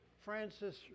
Francis